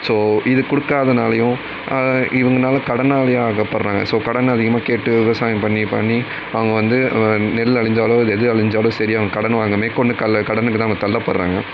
so இது கொடுக்காதனாலேயும் இவங்குனால கடனாளியாகப்படுகிறாங்க ஸோ கடன் அதிகமாக கேட்டு விவசாயம் பண்ணி பண்ணி அவங்க வந்து நெல் அழிஞ்சாலோ எது அழிஞ்சாலும் சரி அவங்க கடன் வாங்க மேற்கொண்டு அவங்க கடனுக்கு தான் தள்ளப்படுறாங்க